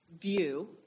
view